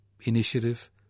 initiative